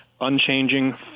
unchanging